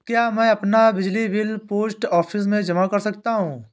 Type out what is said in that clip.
क्या मैं अपना बिजली बिल पोस्ट ऑफिस में जमा कर सकता हूँ?